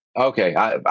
Okay